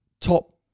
top